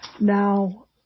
Now